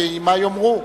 מה יאמרו,